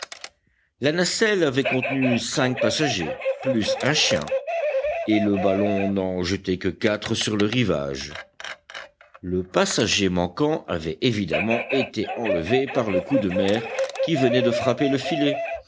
la nacelle avait contenu cinq passagers plus un chien et le ballon n'en jetait que quatre sur le rivage le passager manquant avait évidemment été enlevé par le coup de mer qui venait de frapper le filet